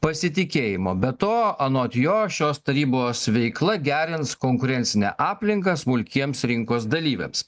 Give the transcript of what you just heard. pasitikėjimo be to anot jo šios tarybos veikla gerins konkurencinę aplinką smulkiems rinkos dalyviams